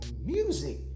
music